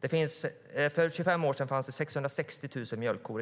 För 25 år sedan fanns det 660 000 mjölkkor.